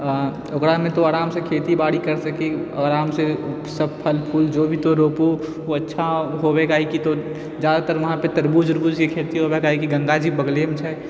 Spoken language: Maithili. आओर ओकरामे तो अरामसँ खेती बाड़ी कर सकी आरामसँ सभ फल फूल जो भी तो रोपू वो अच्छा होवेगा ही कि तो जादातर उहाँ पर तरबूज अरबूजके खेती होबे काहेकि गङ्गा जी बगलेमे छथि